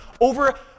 over